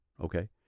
okay